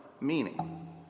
meaning